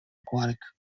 aquatic